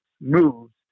moves